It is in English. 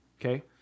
Okay